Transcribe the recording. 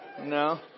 No